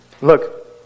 Look